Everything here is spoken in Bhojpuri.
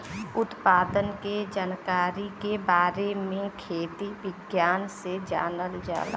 उत्पादन के जानकारी के बारे में खेती विज्ञान से जानल जाला